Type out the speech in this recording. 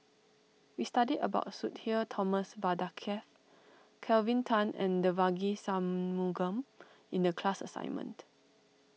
we studied about Sudhir Thomas Vadaketh Kelvin Tan and Devagi Sanmugam in the class assignment